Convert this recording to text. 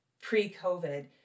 pre-COVID